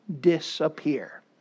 disappear